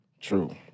True